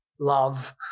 love